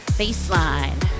baseline